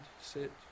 sit